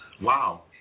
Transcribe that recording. wow